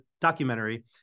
documentary